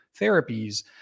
therapies